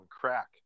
crack